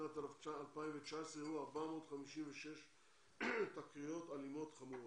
משנת 2019 היו 456 תקריות אלימות חמורות.